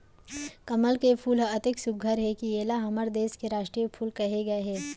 कमल के फूल ह अतेक सुग्घर हे कि एला हमर देस के रास्टीय फूल कहे गए हे